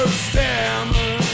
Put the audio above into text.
stammer